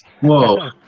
Whoa